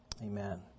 amen